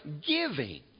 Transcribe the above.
giving